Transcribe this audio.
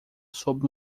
sob